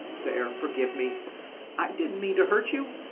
there, forgive me i didn't mean to hurt you.